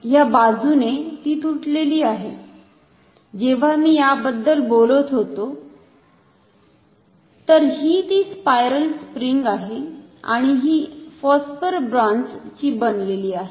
ह्या बाजूने ती तुटलेली आहे जेव्हा मी याबद्दल बोलत होतो तर ही ती स्पियरल स्प्रिंग आहे आणि ही फॉस्फर ब्रॉंझ ची बनलेली आहे